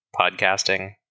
podcasting